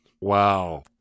Wow